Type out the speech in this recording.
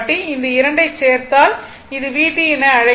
இந்த 2 ஐச் சேர்த்தால் இந்த vt என அழைக்கப்படும்